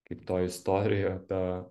kaip toj istorijoj apie